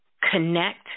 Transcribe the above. connect